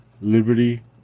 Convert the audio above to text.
Liberty